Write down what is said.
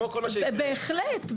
בהחלט.